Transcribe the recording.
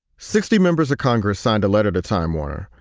sixty members of congress signed a letter to time warner,